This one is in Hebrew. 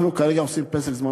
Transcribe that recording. אנחנו כרגע עושים פסק זמן?